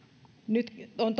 nyt on